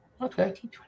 Okay